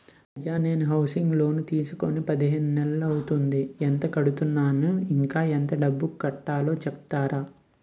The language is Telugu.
అయ్యా నేను హౌసింగ్ లోన్ తీసుకొని పదిహేను నెలలు అవుతోందిఎంత కడుతున్నాను, ఇంకా ఎంత డబ్బు కట్టలో చెప్తారా?